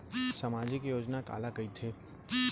सामाजिक योजना काला कहिथे?